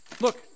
Look